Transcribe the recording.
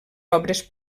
obres